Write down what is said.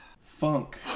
funk